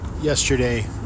Yesterday